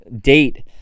date